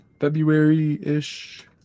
February-ish